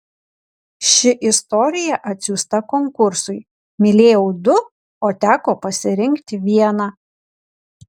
ši istorija atsiųsta konkursui mylėjau du o teko pasirinkti vieną